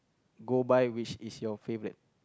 go by which is your favourite